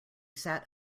sat